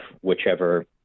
whichever